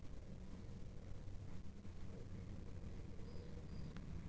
पेरनीना टाईमले बजारमा बी बियानानी कमी पडाले नको, आशा परतेक जिल्हाना अधिकारीस्ले सरकारना आदेश शेतस